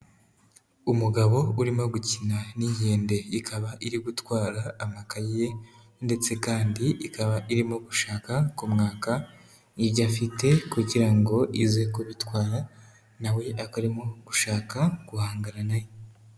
Umugabo urimo gukina n'inkende, ikaba iri gutwara amakayi ndetse kandi ikaba irimo gushaka kumwaka ibyo afite kugira ngo ize kubitwara, na we akaba arimo gushaka guhangana na yo.